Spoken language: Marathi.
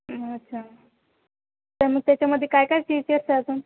अच्छा सर मग त्याच्यामध्ये काय काय फिचर्स अजून